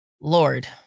Lord